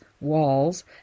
walls